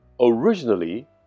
Originally